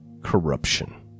corruption